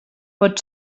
pot